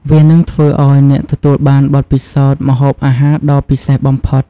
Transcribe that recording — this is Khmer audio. វានឹងធ្វើឱ្យអ្នកទទួលបានបទពិសោធន៍ម្ហូបអាហារដ៏ពិសេសបំផុត។